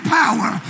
power